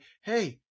Hey